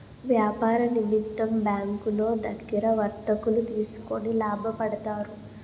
వ్యాపార నిమిత్తం బ్యాంకులో దగ్గర వర్తకులు తీసుకొని లాభపడతారు